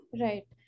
Right